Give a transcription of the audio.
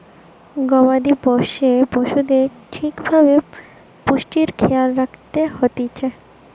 গবাদি পোষ্য পশুদের ঠিক ভাবে পুষ্টির খেয়াল রাখত হতিছে